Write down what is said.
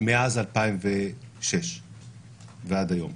מאז 2006 ועד היום.